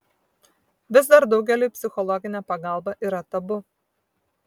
vis dar daugeliui psichologinė pagalba yra tabu